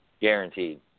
Guaranteed